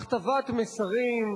הכתבת מסרים,